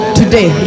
today